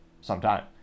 sometime